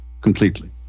completely